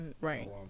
Right